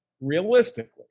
realistically